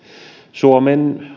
suomen